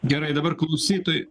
gerai dabar klausytojuai